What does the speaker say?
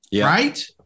right